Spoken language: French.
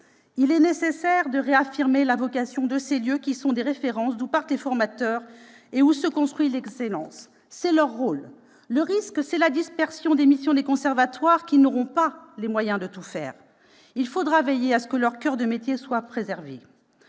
Il est nécessaire de réaffirmer la vocation de ces lieux, qui sont des références, d'où partent les formateurs et où se construit l'excellence ; c'est leur rôle. Le risque est la dispersion des missions des conservatoires, qui n'auront pas les moyens de tout faire. Il faudra veiller à ce que leur coeur de métier soit préservé.